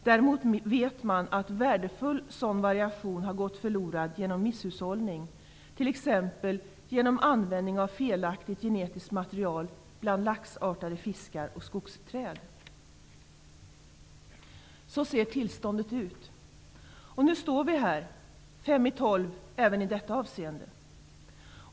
Däremot vet man att värdefull sådan variation har gått förlorad genom misshushållning, t.ex. genom användning av felaktigt genetiskt material bland laxartade fiskar och skogsträd. Så ser tillståndet ut. Nu står vi här, fem i tolv, även i detta avseende.